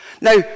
Now